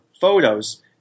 Photos